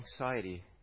anxiety